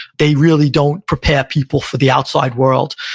they really don't prepare people for the outside world.